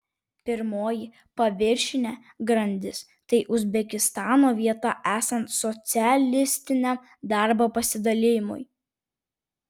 pirmoji paviršinė grandis tai uzbekistano vieta esant socialistiniam darbo pasidalijimui